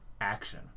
action